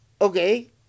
Okay